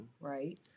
Right